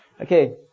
Okay